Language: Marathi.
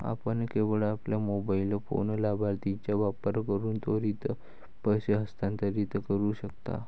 आपण केवळ आपल्या मोबाइल फोन लाभार्थीचा वापर करून त्वरित पैसे हस्तांतरित करू शकता